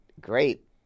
great